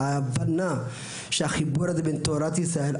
ההבנה שהחיבור הזה בין תורת ישראל,